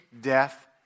death